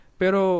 pero